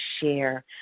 share